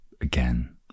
again